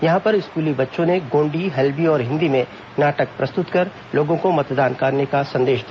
यहां पर स्कूली बच्चों ने गोण्डी हल्बी और हिन्दी में नाटक प्रस्तुत कर लोगों को मतदान करने का संदेश दिया